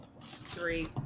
Three